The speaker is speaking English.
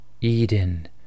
Eden